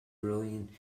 brilliant